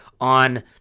on